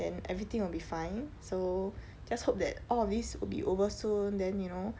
then everything will be fine so just hope that all of these would be over soon then you know